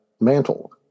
mantle